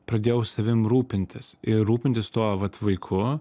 pradėjau savim rūpintis ir rūpintis tuo vat vaiku